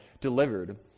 delivered